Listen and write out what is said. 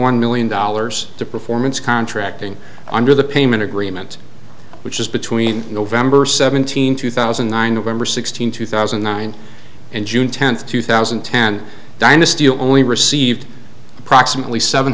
one million dollars to performance contracting under the payment agreement which is between november seventeenth two thousand and nine wimmer sixteen two thousand and nine and june tenth two thousand and ten dynasty only received approximately seven